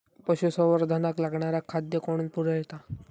पशुसंवर्धनाक लागणारा खादय कोण पुरयता?